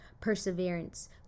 perseverance